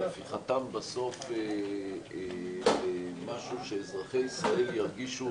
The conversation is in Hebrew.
והפיכתם בסוף למשהו שאזרחי ירגישו אותו,